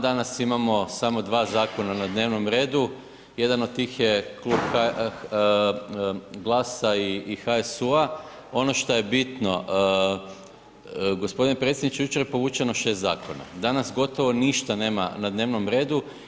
Danas imamo samo dva zakona na dnevnom redu, jedan od tih je GLAS-a i HSU-a, ono šta je bitno gospodine predsjedniče jučer je povučeno šest zakona, danas gotovo ništa nema na dnevnom redu.